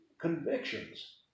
convictions